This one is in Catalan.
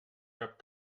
cap